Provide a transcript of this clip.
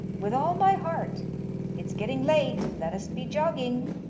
with all my heart it's getting late, let us be jogging.